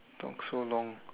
talk so long